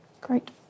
Great